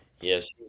Yes